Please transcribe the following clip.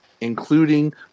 including